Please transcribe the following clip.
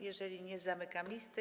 Jeżeli nie, zamykam listę.